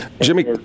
Jimmy